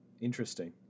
Interesting